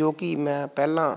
ਜੋ ਕਿ ਮੈਂ ਪਹਿਲਾਂ